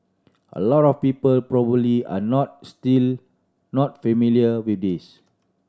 a lot of people probably are not still not familiar with this